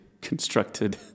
constructed